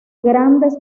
grandes